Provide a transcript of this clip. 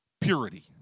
purity